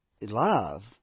love